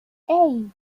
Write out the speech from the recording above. hey